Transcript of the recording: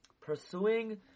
pursuing